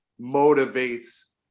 motivates